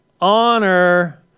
Honor